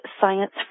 Science